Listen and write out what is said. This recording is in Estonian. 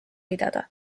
pidada